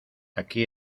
aquí